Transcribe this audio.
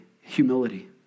humility